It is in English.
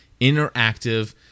interactive